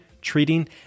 treating